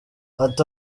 ati